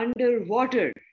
underwater